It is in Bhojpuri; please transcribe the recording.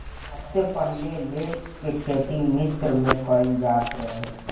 सबसे पहिले लेट्स के खेती मिश्र में कईल जात रहे